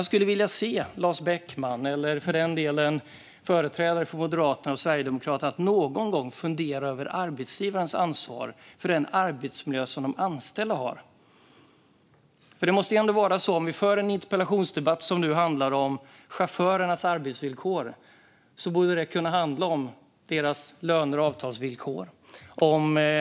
Jag skulle dock någon gång vilja se Lars Beckman, eller för den delen företrädare för Moderaterna och Sverigedemokraterna, fundera över arbetsgivarens ansvar för den arbetsmiljö som de anställda har. Om vi nu för en interpellationsdebatt som handlar om chaufförernas arbetsvillkor borde den nämligen kunna handla om deras löner och avtalsvillkor,